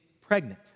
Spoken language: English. pregnant